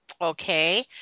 Okay